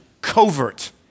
covert